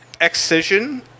Excision